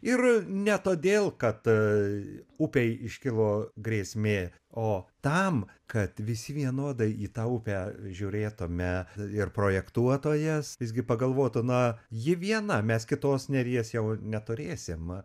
ir ne todėl kad upei iškilo grėsmė o tam kad visi vienodai į tą upę žiūrėtume ir projektuotojas visgi pagalvotų na ji viena mes kitos neries jau neturėsim